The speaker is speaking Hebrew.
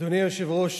אדוני היושב-ראש,